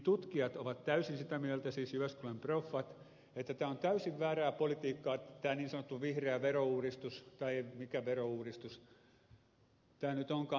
tutkijat ovat täysin sitä mieltä siis jyväskylän proffat että tämä on täysin väärää politiikkaa tämä niin sanottu vihreä verouudistus tai mikä verouudistus tämä nyt onkaan